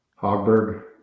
Hogberg